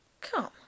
Come